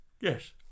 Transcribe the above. Yes